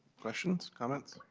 questions? comments?